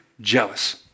jealous